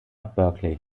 berkeley